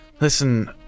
listen